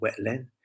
wetland